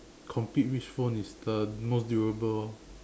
compete which phone is the most durable orh